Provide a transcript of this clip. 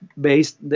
based